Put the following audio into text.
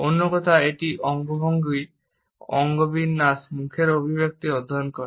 অন্য কথায় এটি অঙ্গভঙ্গি অঙ্গবিন্যাস মুখের অভিব্যক্তি অধ্যয়ন করে